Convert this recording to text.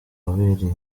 wabereye